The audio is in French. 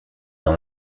dans